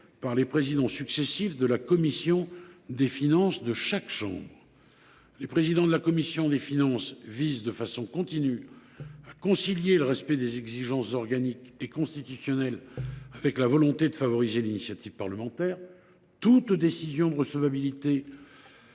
par les présidents successifs de la commission des finances de chaque chambre. Les présidents de la commission des finances visent de façon continue à concilier le respect des exigences organiques et constitutionnelles avec la volonté de favoriser l’initiative parlementaire. Toute décision de recevabilité